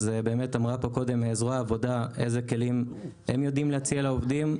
אמרה פה קודם נציגת זרוע העבודה איזה כלים הם יודעים להציע לעובדים.